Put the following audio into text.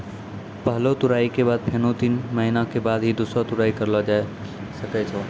पहलो तुड़ाई के बाद फेनू तीन महीना के बाद ही दूसरो तुड़ाई करलो जाय ल सकै छो